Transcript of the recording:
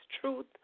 truth